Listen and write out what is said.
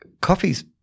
coffee's